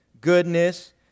goodness